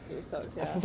it's okay lah